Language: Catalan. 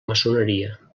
maçoneria